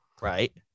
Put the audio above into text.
Right